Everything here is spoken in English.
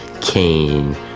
Cain